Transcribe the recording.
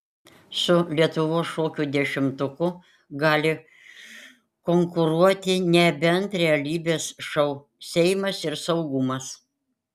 su lietuvos šokių dešimtuku gali konkuruoti nebent realybės šou seimas ir saugumas